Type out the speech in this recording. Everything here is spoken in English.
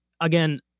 again